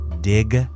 DIG